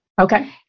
Okay